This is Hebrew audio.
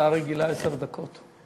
הצעה רגילה, עשר דקות.